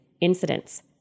incidents